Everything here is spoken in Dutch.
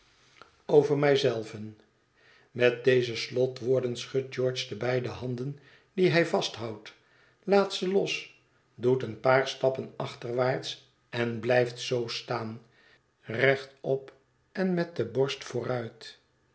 over mij zelven met deze slotwoorden schudt george de beide handen die hij vasthoudt laat ze los doet een paar stappen achterwaarts en blijft zoo staan rechtop en met de borst vooruit